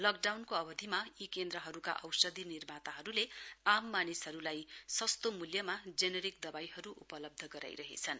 लकडाउनको अवधिमा यी केन्द्रहरुका औषधि निर्मातहरुले आम मानिसहरुलाई सस्तो मूल्यमा जेनेरिक दवाईहरु उपलब्ध गराइरहेछन्